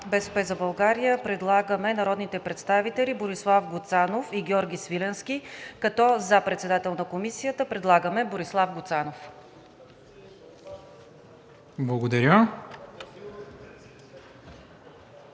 „БСП за България“ предлагаме народните представители Борислав Гуцанов и Георги Свиленски, като за председател на Комисията предлагаме Борислав Гуцанов.